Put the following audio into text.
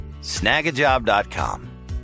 Snagajob.com